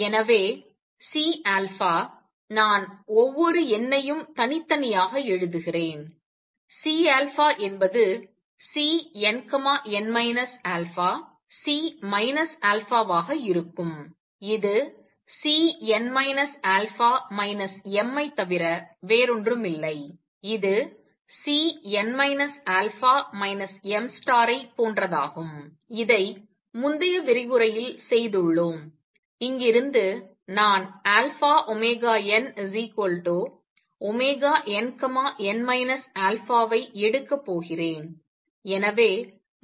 எனவே C நான் ஒவ்வொரு எண்ணையும் தனித்தனியாக எழுதுகிறேன் C என்பது Cnn α C α ஆக இருக்கும் இது Cn αm ஐத் தவிர வேறொன்றுமில்லை இது Cn αm ஐ போன்றதாகும் இதை முந்தைய விரிவுரையில் செய்துள்ளோம் இங்கிருந்து நான் αωnnn α ஐ எடுக்கப் போகிறேன்